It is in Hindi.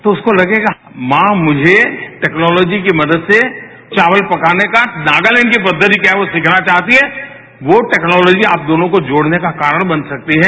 तो उसको लगेगा मां मुझे टेक्नॉलोजी की मदद से चावल पकाने का नागालैंड की पद्वति क्या है वो सिखाना चाहती हैं वो टेक्नॉलोजी आप दोनों को जोड़ने का कारण बन सकती है